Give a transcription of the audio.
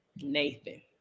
Nathan